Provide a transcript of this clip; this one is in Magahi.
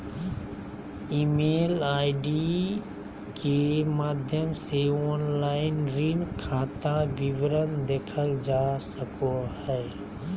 ईमेल आई.डी के माध्यम से ऑनलाइन ऋण खाता विवरण देखल जा सको हय